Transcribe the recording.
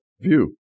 view